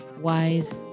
Wise